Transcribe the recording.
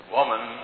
Woman